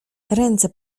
ręce